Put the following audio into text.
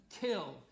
kill